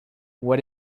what